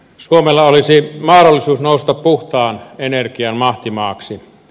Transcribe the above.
suomella olisi mahdollisuus nousta puhtaan energian mahtimaaksi